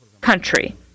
country